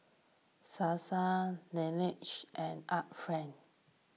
Sasa Laneige and Art Friend